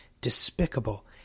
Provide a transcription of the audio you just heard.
despicable